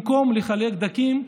במקום לחלק דגים,